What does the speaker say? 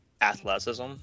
athleticism